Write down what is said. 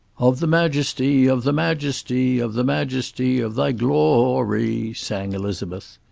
of the majesty, of the majesty, of the majesty, of thy gl-o-o-ry, sang elizabeth.